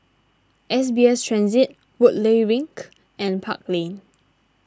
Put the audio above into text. S B S Transit Woodleigh Link and Park Lane